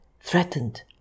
threatened